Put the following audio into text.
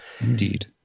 Indeed